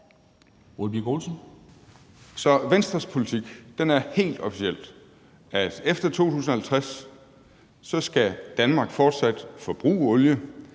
Så Venstres politik er helt officielt, at efter 2050 skal Danmark fortsat forbruge olie,